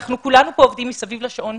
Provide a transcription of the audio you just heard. אנחנו כולנו פה עובדים מסביב לשעון,